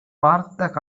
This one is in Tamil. பார்த்த